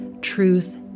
truth